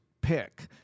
pick